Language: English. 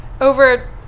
Over